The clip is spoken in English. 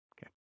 Okay